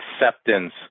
acceptance